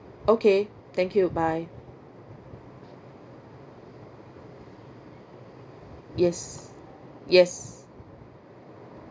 okay thank you bye yes yes